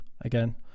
again